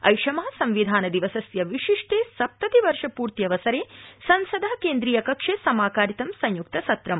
ऐषम संविधान दिवसस्य विशिष्टे सप्तति वर्ष पूर्त्यवसोर संसद केन्द्रीयकक्षे समाकारितम् संय्क्तसत्रम्